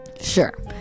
Sure